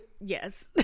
yes